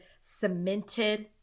cemented